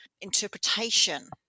interpretation